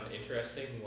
interesting